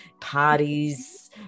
parties